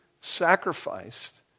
sacrificed